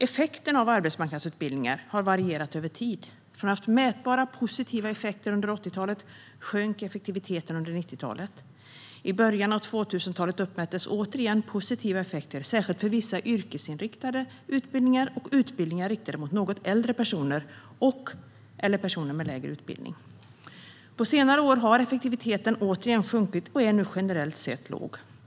Effekten av arbetsmarknadsutbildningar har varierat över tid. Från att ha haft mätbara positiva effekter under 80-talet sjönk effektiviteten under 90-talet. I början av 2000-talet uppmättes återigen positiva effekter, särskilt för vissa yrkesinriktade utbildningar, utbildningar riktade till något äldre personer och personer med lägre utbildning. På senare år har effektiviteten återigen sjunkit och är nu generellt sett låg.